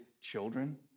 children